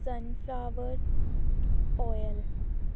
sunflower oil